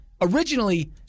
Originally